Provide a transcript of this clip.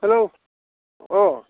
हेल' अ